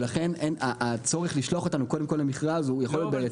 לכן הצורך לשלוח אותנו קודם כל למכרז הוא יכול להיות בעייתי.